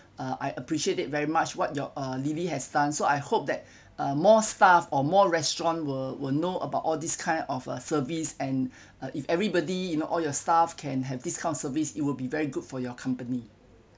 uh I appreciate it very much what you're uh lily has done so I hope that uh more staff or more restaurant were were know about all this kind of a service and if everybody you know all your staff can have this kind of service it will be very good for your company